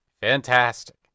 Fantastic